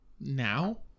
Now